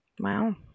Wow